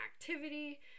activity